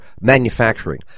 manufacturing